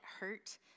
hurt